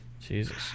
Jesus